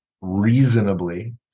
reasonably